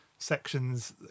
sections